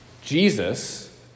Jesus